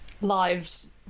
lives